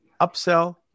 upsell